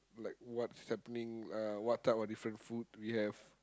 like what's happening uh what type of different food we have